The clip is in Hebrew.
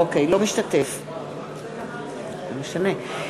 (קוראת בשמות חברי הכנסת) סתיו שפיר,